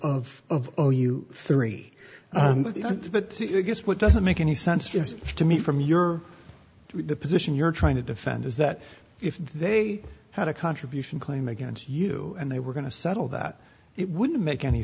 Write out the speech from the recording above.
of you three but guess what doesn't make any sense just to me from your position you're trying to defend is that if they had a contribution claim against you and they were going to settle that it wouldn't make any